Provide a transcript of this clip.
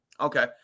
Okay